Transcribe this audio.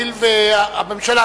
תשיב הממשלה.